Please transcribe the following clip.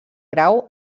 grau